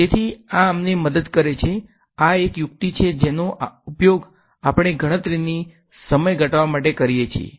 તેથી આ અમને મદદ કરે છે આ એક યુક્તિ છે જેનો ઉપયોગ આપણે ગણતરીની સમય ઘટાડવા માટે કરીએ છીએ